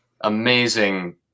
amazing